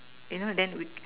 you know then we